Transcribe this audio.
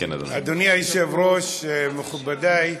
אדוני היושב-ראש, מכובדי,